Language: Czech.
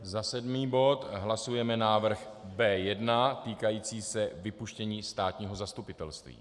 Za sedmý bod hlasujeme návrh B1 týkající se vypuštění státního zastupitelství.